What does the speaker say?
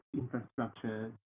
infrastructure